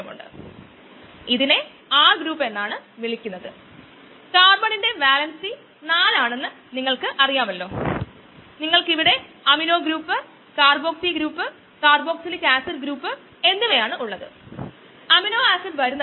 നമുക്ക് ഇതിൽ v ലഭിക്കും ഇത് ഒരു ബാച്ച് സിസ്റ്റമാണ് അതിനാൽ റേറ്റ് വോള്യൂമെട്രിക് റേറ്റ് ഉൽപ്പന്നത്തിന്റെ അക്യുമുലെഷൻ റേറ്റ് ആയി കണക്കാക്കാം ഇനിപ്പറയുന്നവ നൽകാം ഇവിടെ I എന്നത് ഇൻഹിബിറ്റർ കോൺസെൻട്രേഷൻ ആണ് ഇത് ഈ രൂപത്തിലായി ക്രമീകരിച്ചിരിക്കുന്നു